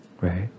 Right